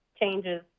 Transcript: changes